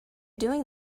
doing